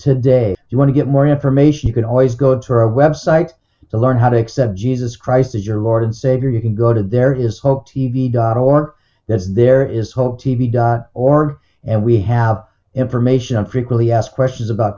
today you want to get more information you can always go to our website to learn how to accept jesus christ as your lord and savior you can go to there is hope t v god or there is there is hope t v dot org and we have information on frequently asked questions about